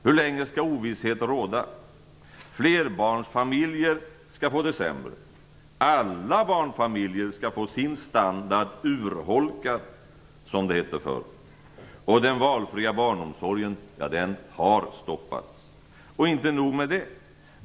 Hur länge skall ovisshet råda? Flerbarnsfamiljerna skall få det sämre. Alla barnfamiljer skall få sin standard urholkad, som det hette förr. Den valfria barnomsorgen har stoppats. Och inte nog med det.